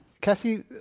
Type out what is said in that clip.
Cassie